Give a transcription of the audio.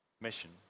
Mission